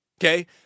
okay